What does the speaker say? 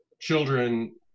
children